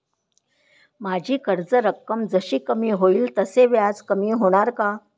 माझी कर्ज रक्कम जशी कमी होईल तसे व्याज कमी होणार का?